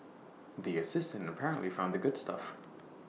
the assistant apparently found the good stuff